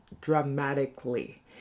dramatically